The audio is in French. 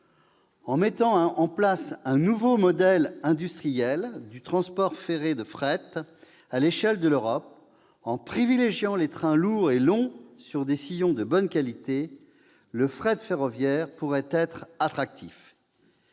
l'on mettait en place un nouveau modèle industriel du transport ferré de fret à l'échelle de l'Europe, si l'on privilégiait les trains lourds et longs sur des sillons de bonne qualité, le fret ferroviaire pourrait être attractif.